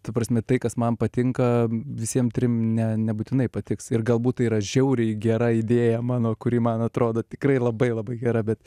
ta prasme tai kas man patinka visiem trim ne nebūtinai patiks ir galbūt tai yra žiauriai gera idėja mano kuri man atrodo tikrai labai labai gera bet